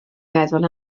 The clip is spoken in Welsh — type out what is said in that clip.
meddwl